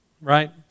right